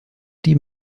die